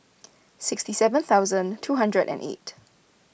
sixty seven thousand two hundred and eight